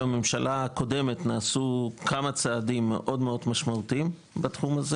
בממשלה הקודמת נעשו כמה צעדים מאוד משמעותיים בתחום הזה